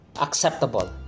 acceptable